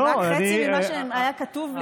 זה רק חצי ממה שהיה כתוב לי.